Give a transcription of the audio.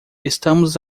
estamos